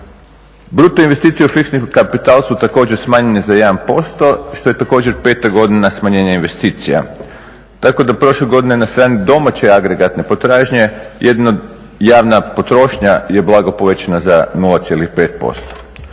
Bruto investicije u fiksni kapital su također smanjene za 1% što je također 5. godina smanjenja investicija, tako da prošle godine na strani domaće agregatne potražnje jedna javna potrošnja je blago povećana za 0,5%.